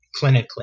clinically